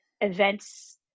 events